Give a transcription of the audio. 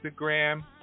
Instagram